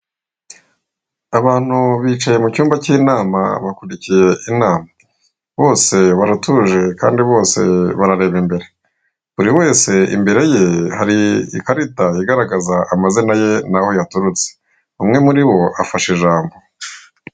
Abantu bicaye mu cyumba cy'inama bakurikiye inama, bose baratuje kandi bose barareba imbere, buri wese imbere ye hari ikarita igaragaza amazina ye n'aho yaturutse, umwe muri bo afashe ijambo.